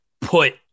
put